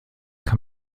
kann